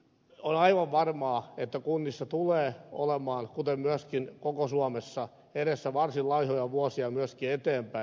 on aivan varmaa että kunnissa tulee olemaan kuten myöskin koko suomessa edessä varsin laihoja vuosia myöskin eteenpäin